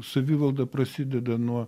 savivalda prasideda nuo